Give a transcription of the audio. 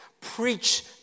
preach